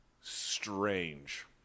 strange